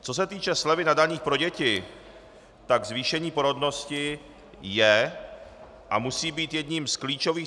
Co se týče slevy na daních pro děti, tak zvýšení porodnosti je a musí být jedním z klíčových...